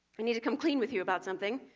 i need to come clean with you about something,